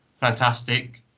fantastic